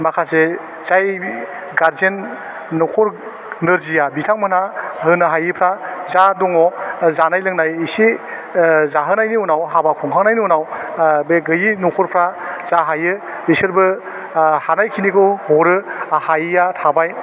माखासे जाय गार्जेन नखर नोरजिया बिथांमोनहा होनो हायिफ्रा जा दङ जानाय लोंनाय इसे ओह जाहोनायनि उनाव हाबा खुंखांनायनि उनाव ओह बे गैयि नखरफ्रा जा हायो बिसोरबो आह हानाय खिनिखौ हरो आर हायिया थाबाय